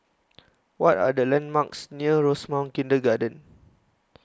What Are The landmarks near Rosemount Kindergarten